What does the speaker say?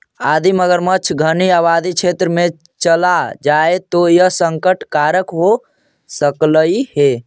यदि मगरमच्छ घनी आबादी क्षेत्र में चला जाए तो यह संकट कारक हो सकलई हे